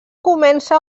comença